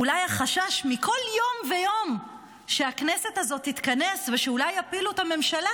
אולי החשש מכל יום ויום שהכנסת הזאת תתכנס ושאולי יפילו את הממשלה?